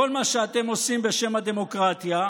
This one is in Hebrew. כל מה שאתם עושים בשם הדמוקרטיה,